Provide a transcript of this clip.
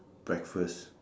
breakfast